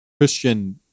Christian